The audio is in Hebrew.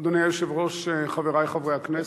אדוני היושב-ראש, חברי חברי הכנסת,